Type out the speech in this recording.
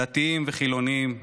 דתיים וחילונים,